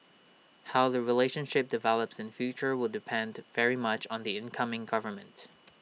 how the relationship develops in future will depend very much on the incoming government